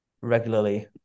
regularly